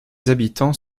habitants